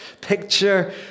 Picture